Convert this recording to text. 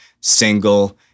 single